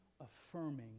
affirming